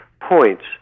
points